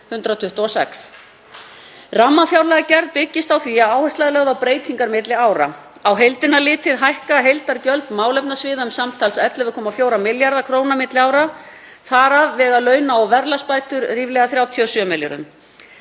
126. Rammafjárlagagerð byggist á því að áhersla er lögð á breytingar milli ára. Á heildina litið hækka heildargjöld málefnasviða um samtals 11,4 milljarða kr. milli ára, þar af nema launa- og verðlagsbætur ríflega 37 milljörðum.